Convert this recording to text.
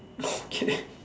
okay